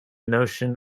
notion